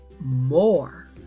more